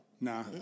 nah